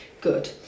good